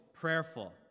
prayerful